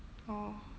oh